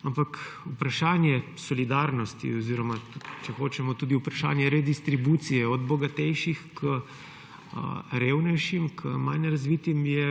Ampak vprašanje solidarnosti oziroma, če hočemo, tudi vprašanje redistribucije od bogatejših k revnejšim, k manj razvitim je